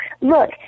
Look